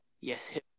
Yes